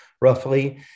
roughly